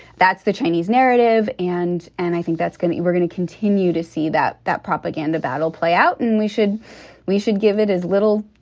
that's the chinese narrative and and i think that's going to we're going to continue to see that that propaganda battle play out. and we should we should give it as little,